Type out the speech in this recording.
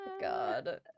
God